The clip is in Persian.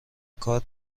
کار